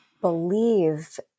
believe